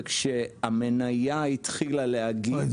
וכשהמניה התחילה להגיב --- היידה,